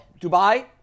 Dubai